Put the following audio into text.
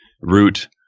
root